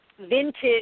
vintage